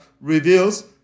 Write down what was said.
reveals